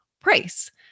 price